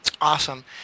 Awesome